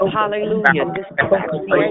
Hallelujah